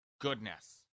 Goodness